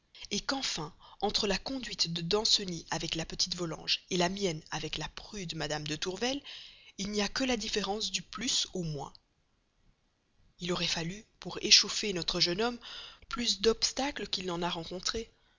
jouir qu'enfin entre la conduite de danceny avec la petite volanges la mienne avec la prude mme de tourvel il n'y a que la différence du plus au moins il aurait fallu pour échauffer notre jeune homme plus d'obstacles qu'il n'en a rencontrés